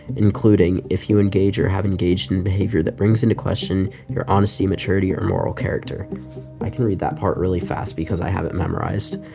including if you engage or have engaged in behavior that brings into question your honesty, maturity or moral character i can read that part really fast because i have it memorized